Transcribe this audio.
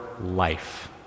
life